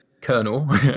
Colonel